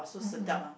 mm mm